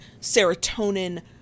serotonin